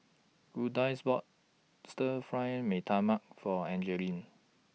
Lourdes bought Stir Fry Mee Tai Mak For Angelique